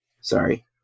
sorry